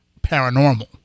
paranormal